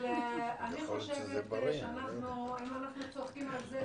אני חושבת שאם אנחנו צוחקים על זה,